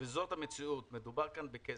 וזאת המציאות, מדובר כאן בכסף.